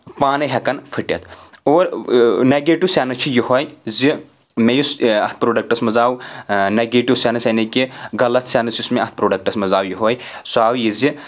پانے ہؠکان پھٹِتھ اور نگیٹِو سؠنٕس چھِ یِہوے زِ مےٚ یُس اتھ پروڈکٹس منٛز آو نیگیٹو سینس یعنے کہِ غلط سینٕس یُس مےٚ اتھ پروڈکٹس منٛز آو یِہوے سُہ آو یہِ زِ